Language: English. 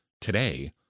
today